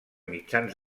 mitjans